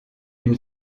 une